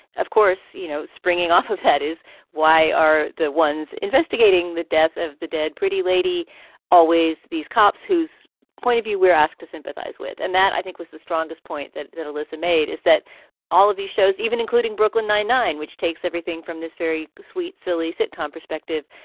of course, you know, springing off of head is why are the ones investigating the death of the dead pretty lady always these cops whose point of view we're asked to sympathize with. and that, i think was the strongest point that that elyssa made, is that all of these shows, even including brooklyn nine nine, which takes everything from this very sweet, silly sitcom perspective,